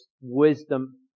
wisdom